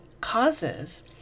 causes